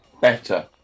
better